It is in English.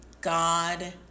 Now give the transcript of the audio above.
God